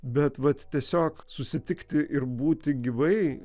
bet vat tiesiog susitikti ir būti gyvai